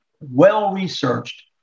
well-researched